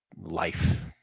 life